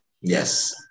Yes